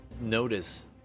notice